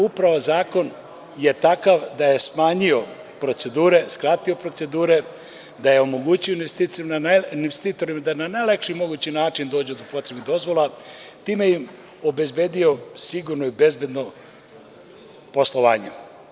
Upravo je zakon takav da je smanjio procedure, skratio procedure, omogućio je investitorima da na najlakši mogući način dođu do potrebnih dozvola i time im obezbedio sigurno i bezbedno poslovanje.